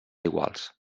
iguals